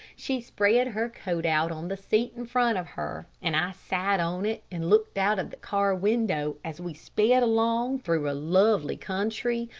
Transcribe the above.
she spread her coat out on the seat in front of her, and i sat on it and looked out of the car window as we sped along through a lovely country,